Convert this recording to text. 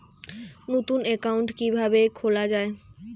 নতুন একাউন্ট কিভাবে খোলা য়ায়?